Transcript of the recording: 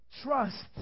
trust